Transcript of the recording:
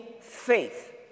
faith